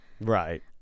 right